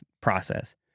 process